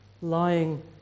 lying